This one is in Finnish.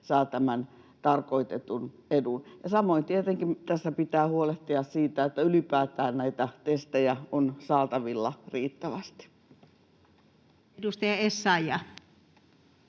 saa tämän tarkoitetun edun. Samoin tässä pitää tietenkin huolehtia siitä, että ylipäätään näitä testejä on saatavilla riittävästi. Edustaja Essayah.